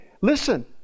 Listen